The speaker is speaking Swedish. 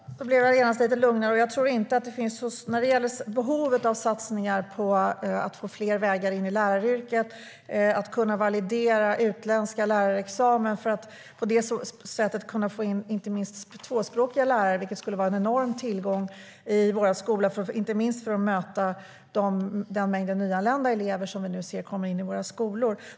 Fru talman! Då blev jag genast lite lugnare. Det handlar också om behovet på satsningar för att få fler vägar in i läraryrket och att kunna validera utländska lärarexamina för att på detta sätt få in inte minst tvåspråkiga lärare, vilket skulle vara en enorm tillgång i vår skola för att möta den mängd nyanlända elever som vi nu ser komma in i våra skolor.